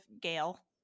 gail